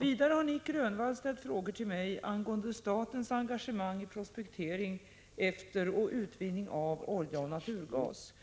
Vidare har Nic Grönvall ställt frågor till mig angående statens engagemang i prospektering efter och utvinning av olja och naturgas.